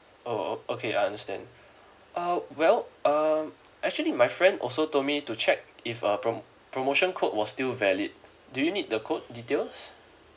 oh o~ okay I understand uh well um actually my friend also told me to check if a prom~ promotion code was still valid do you need the code details